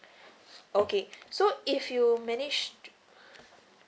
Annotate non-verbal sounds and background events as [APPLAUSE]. [BREATH] okay so if you manage